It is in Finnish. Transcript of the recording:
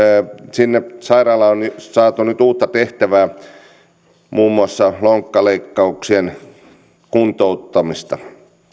sinne sairaalaan saatu nyt uutta tehtävää muun muassa lonkkaleikkausten kuntouttamista